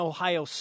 Ohio